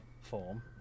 form